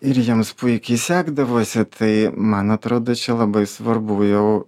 ir jiems puikiai sekdavosi tai man atrodo čia labai svarbu jau